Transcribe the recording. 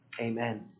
Amen